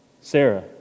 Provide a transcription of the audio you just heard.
Sarah